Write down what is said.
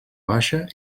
baixa